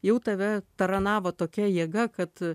jau tave taranavo tokia jėga kad